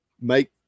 make